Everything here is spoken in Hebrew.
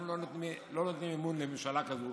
אנחנו לא נותנים אמון בממשלה כזאת,